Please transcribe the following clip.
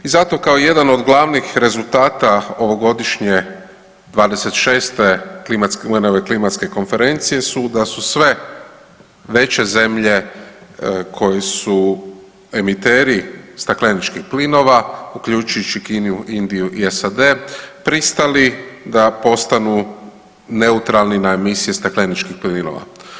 I zato kao jedan od glavnih rezultata ovogodišnje 26 UN-ove Klimatske konferencije su da su sve veće zemlje koje su emiteri stakleničkih plinova uključujući Kinu, Indiju i SAD pristali da postanu neutralni na emisije stakleničkih plinova.